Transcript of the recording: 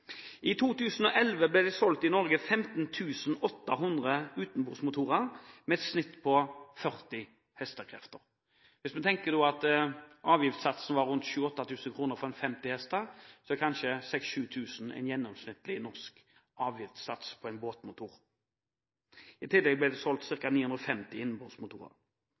I 2011 ble det i Norge solgt ca. 15 800 utenbordsmotorer med et snitt på 40 hk per motor. Hvis vi tenker at avgiftssatsen var rundt 7 000–8 000 kr for 50 hk, er kanskje 6 000–7 000 kr en gjennomsnittlig norsk avgiftssats på en båtmotor. I tillegg ble det solgt ca. 950